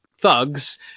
thugs